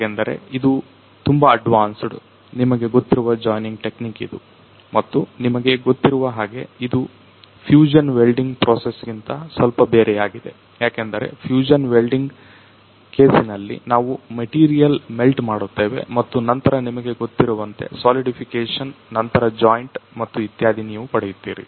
ಹಾಗಂದರೆ ಇದು ತುಂಬಾ ಅಡ್ವಾನ್ಸ್ಡ್ ನಿಮಗೆ ಗೊತ್ತಿರುವ ಜೋಯಿನಿಂಗ್ ಟೆಕ್ನಿಕ್ ಇದು ಮತ್ತು ನಿಮಗೆ ಗೊತ್ತಿರುವ ಹಾಗೆ ಇದು ಫ್ಯೂಷನ್ ವೆಲ್ಡಿಂಗ್ ಪ್ರೋಸೆಸ್ ಗಿಂತ ಸ್ವಲ್ಪ ಬೇರೆಯಾಗಿದೆ ಯಾಕೆಂದರೆ ಫ್ಯೂಷನ್ ವೆಲ್ದಿಂಗ್ ಕೇಸಿನಲ್ಲಿ ನಾವು ಮೆಟೀರಿಯಲ್ ಮೆಲ್ಟ್ ಮಾಡುತ್ತೇವೆ ಮತ್ತು ನಂತರ ನಿಮಗೆ ಗೊತ್ತಿರುವಂತೆ ಸೋಲಿಡಿಫೈಕೇಶನ್ ನಂತರ ಜಾಯಿಂಟ್ ಮತ್ತು ಇತ್ಯಾದಿ ನೀವು ಪಡೆಯುತ್ತೀರಿ